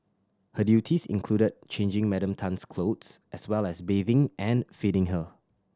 her duties included changing Madam Tan's clothes as well as bathing and feeding her